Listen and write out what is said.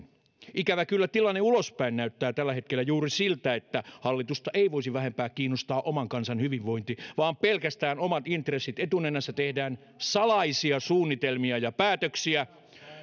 ikävä kyllä tilanne ulospäin näyttää tällä hetkellä juuri siltä että hallitusta ei voisi vähempää kiinnostaa oman kansan hyvinvointi vaan pelkästään omat intressit etunenässä tehdään salaisia suunnitelmia ja päätöksiä